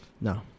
No